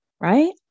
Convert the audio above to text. right